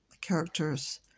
character's